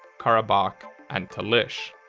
karabakh and talysh.